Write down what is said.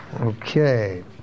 Okay